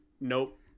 nope